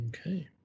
Okay